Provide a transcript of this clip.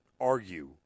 argue